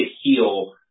heal